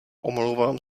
omlouvám